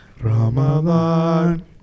Ramadan